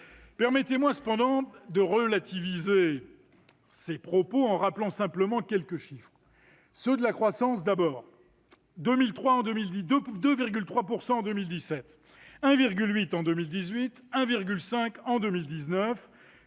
Permettez-moi cependant de relativiser ces propos en rappelant simplement quelques chiffres. Ceux de la croissance, d'abord : 2,3 % en 2017 ; puis 1,8 % en 2018